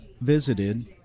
visited